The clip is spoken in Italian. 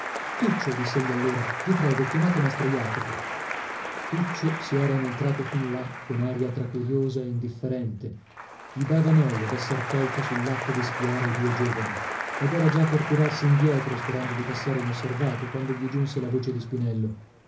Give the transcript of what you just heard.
credi tuccio diss'egli allora vi prego chiamate mastro jacopo tuccio si era inoltrato fin là con aria tra curiosa e indifferente gli dava noia d'esser colto sull'atto di spiare i due giovani ed era già per tirarsi indietro sperando di passare inosservato quando gli giunse la voce di spinello